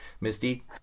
Misty